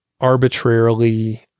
arbitrarily